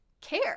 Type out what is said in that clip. care